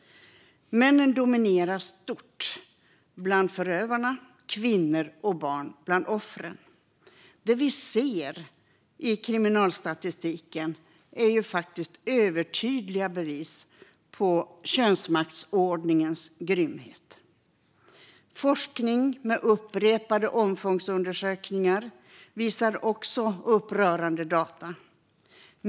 Männen dominerar stort bland förövarna, och kvinnor och barn bland offren. Det vi ser i kriminalstatistiken är övertydliga bevis på könsmaktsordningens grymhet. Forskning med upprepade omfångsundersökningar visar också upprörande data.